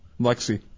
Lexi